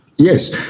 Yes